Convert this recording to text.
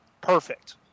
perfect